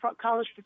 college